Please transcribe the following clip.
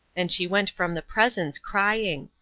and she went from the presence crying.